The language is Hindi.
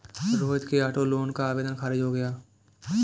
रोहित के ऑटो लोन का आवेदन खारिज हो गया